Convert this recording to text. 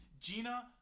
Gina